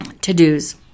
to-dos